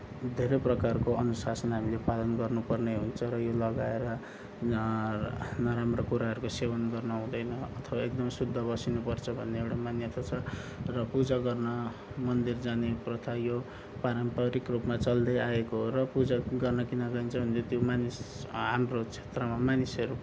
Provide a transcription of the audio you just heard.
धेरै प्रकारको अनुशासन हामीले पालन गर्नुपर्ने हुन्छ र यो लगाएर नराम्रो कुराहरूको सेवन गर्न हुँदैन एकदम शुद्ध बस्नुपर्छ भन्ने एउटा मान्यता छ र पूजा गर्न मन्दिर जाने प्रथा यो पारम्परिक रूपमा चल्दैआएको हो र पूजा गर्न किन गइन्छ भने त्यो मानिस हाम्रो क्षेत्रमा मानिसहरू